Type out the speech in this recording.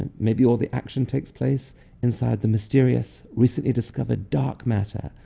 maybe all the action takes place inside the mysterious recently discovered dark matter,